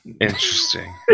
Interesting